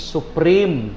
Supreme